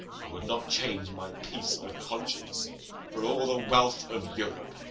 i would not change my peace of conscience for all the wealth of europe